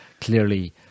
clearly